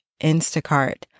Instacart